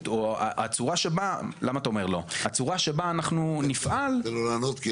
או את הצורה שבה אנחנו נפעל --- תן לו לענות.